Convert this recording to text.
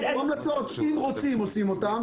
אם רוצים עושים אותה.